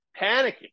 panicking